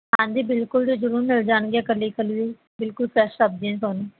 ਹਾਂਜੀ ਬਿਲਕੁਲ ਜੀ ਜ਼ਰੂਰ ਮਿਲ ਜਾਣਗੀਆਂ ਇਕੱਲੀ ਇਕੱਲੀ ਬਿਲਕੁਲ ਫਰੈਸ਼ ਸਬਜ਼ੀਆਂ ਤੁਹਾਨੂੰ